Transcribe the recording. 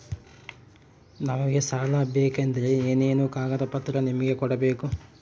ನಮಗೆ ಸಾಲ ಬೇಕಂದ್ರೆ ಏನೇನು ಕಾಗದ ಪತ್ರ ನಿಮಗೆ ಕೊಡ್ಬೇಕು?